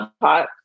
hot